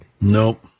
Nope